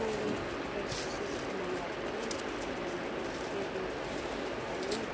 मैले बेडसिट मगाएको थिएँ अनि त्यो बेडसिट चाहिँ एकदमै